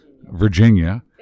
Virginia